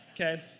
Okay